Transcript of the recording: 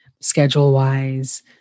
schedule-wise